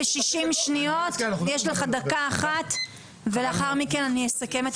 60 שניות יש לך דקה אחת ולאחר מכן אסכם.